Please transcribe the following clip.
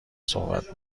صحبت